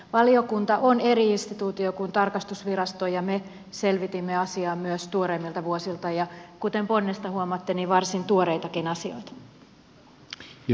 valiokunta on eri instituutio kuin tarkastusvirasto ja me selvitimme asiaa myös tuoreemmilta vuosilta ja kuten ponnesta huomaatte varsin tuoreitakin asioita